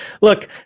look